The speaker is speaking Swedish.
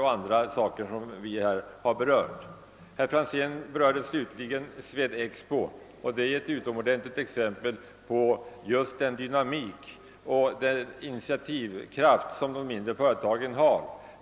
Herr Franzén i Motala berörde slutligen Swed-Expo, som är ett utomordentligt exempel på just den dynamik och den initiativkraft som finns inom de mindre företagen.